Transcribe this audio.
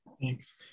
Thanks